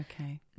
Okay